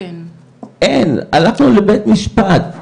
הלכנו לבית משפט.